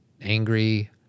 angry